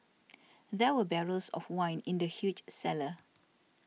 there were barrels of wine in the huge cellar